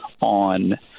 on